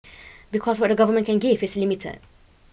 because what the government can give is limited